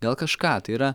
gal kažką tai yra